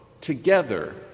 together